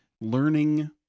learning